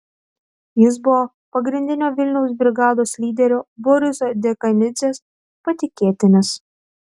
jis buvo pagrindinio vilniaus brigados lyderio boriso dekanidzės patikėtinis